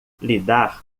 lidar